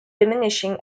diminishing